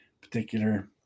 particular